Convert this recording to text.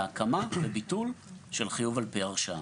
אלה ההקמה והביטול של חיוב על פי הרשאה,